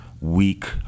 week